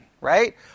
right